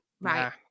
right